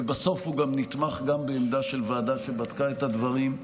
ובסוף הוא גם נתמך בעמדה של ועדה שבדקה את הדברים.